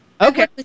Okay